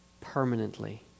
permanently